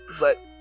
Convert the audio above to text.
let